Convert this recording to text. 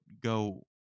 go